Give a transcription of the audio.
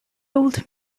old